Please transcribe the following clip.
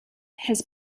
has